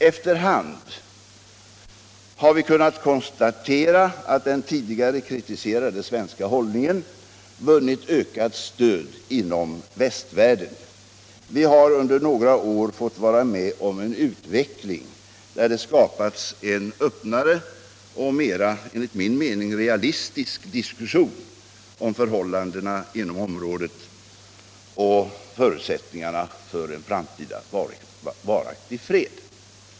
Efter hand har vi kunnat konstatera att den tidigare kritiserade svenska hållningen vunnit ökat stöd inom västvärlden. Vi har under några år fått vara med om en utveckling som har skapat möjligheter för en öppnare och enligt min mening mera realistisk diskussion om förhållandena och förutsättningarna för en framtida varaktig fred inom området.